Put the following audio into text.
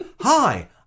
Hi